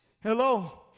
Hello